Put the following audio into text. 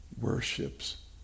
worships